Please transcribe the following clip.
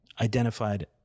identified